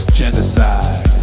genocide